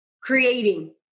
creating